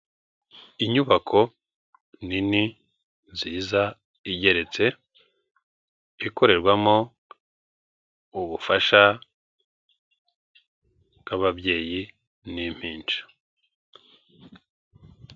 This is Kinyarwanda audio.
Inyubako nini, nziza, igeretse, ikorerwamo ubufasha bw'ababyeyi n'impinja.